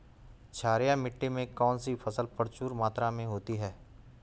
क्षारीय मिट्टी में कौन सी फसल प्रचुर मात्रा में होती है?